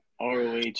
ROH